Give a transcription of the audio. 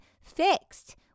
fixed